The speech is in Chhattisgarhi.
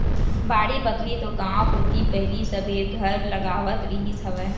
बाड़ी बखरी तो गाँव कोती पहिली सबे घर लगावत रिहिस हवय